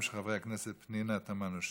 הצעותיהם של חברי הכנסת פנינה תמנו-שטה,